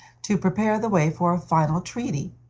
to prepare the way for a final treaty.